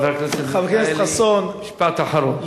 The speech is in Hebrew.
חבר הכנסת מיכאלי, משפט אחרון.